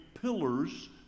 pillars